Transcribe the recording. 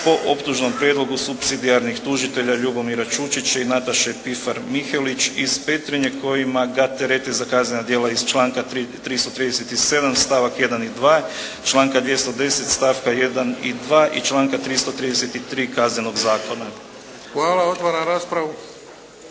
po optužnom prijedlogu supsidijarnih tužitelj Ljubomira Čučića i Nataše Pifar Mihelić iz Petrinje kojima ga terete za kaznena djela iz članka 337. stavak 1. i 2., članka 210. stavka 1. i 2. i članka 333. Kaznenog zakona. **Bebić, Luka